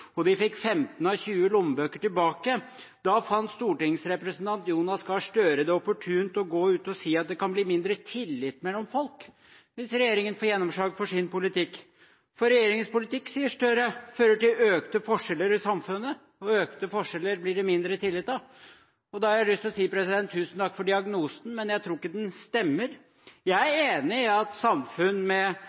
og de fikk 15 av 20 lommebøker tilbake, fant stortingsrepresentant Jonas Gahr Støre det opportunt å gå ut og si at det kan bli mindre tillit mellom folk hvis regjeringen får gjennomslag for sin politikk. For regjeringens politikk, sier Gahr Støre, fører til økte forskjeller i samfunnet, og økte forskjeller blir det mindre tillit av. Da har jeg lyst til å si: Tusen takk for diagnosen, men jeg tror ikke den stemmer. Jeg er enig i at samfunn